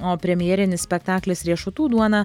o premjerinis spektaklis riešutų duona